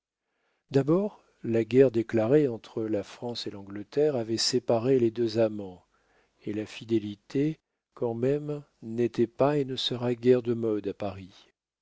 d'abord la guerre déclarée entre la france et l'angleterre avait séparé les deux amants et la fidélité quand même n'était pas et ne sera guère de mode à paris